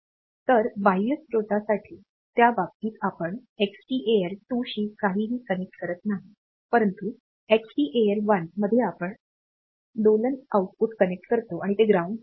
तर बाह्य स्त्रोतासाठी त्या बाबतीत आपण Xtal 2 शी काहीही कनेक्ट करत नाही परंतु Xtal 1 मध्ये आपण दोलन आउटपुट कनेक्ट करतो आणि ते ग्राउंडेड आहे